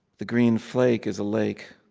the green flake is a lake.